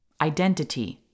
Identity